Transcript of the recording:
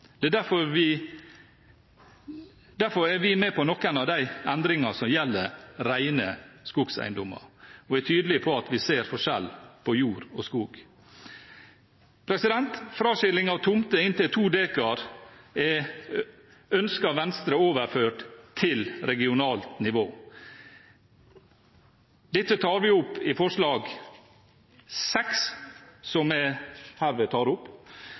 av skogeierorganisasjonene. Derfor er vi med på noen av de endringene som gjelder rene skogeiendommer, og er tydelige på at vi ser forskjellig på jord og skog. Fraskilling av tomter inntil 2 dekar ønsker Venstre overført til regionalt nivå. Dette fremmer vi i forslag nr. 7, som jeg herved tar opp.